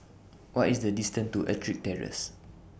What IS The distance to Ettrick Terrace